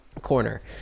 corner